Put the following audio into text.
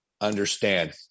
understand